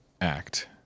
act